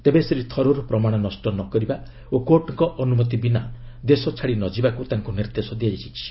ତେବେ ଶ୍ରୀ ଥରୁର୍ ପ୍ରମାଣ ନଷ୍ଟ ନ କରିବା ଓ କୋର୍ଟଙ୍କ ଅନୁମତି ବିନା ଦେଶ ଛାଡ଼ି ନ ଯିବାକୁ ତାଙ୍କୁ ନିର୍ଦ୍ଦେଶ ଦିଆଯାଇଛି